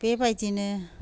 बेबायदिनो